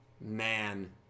Man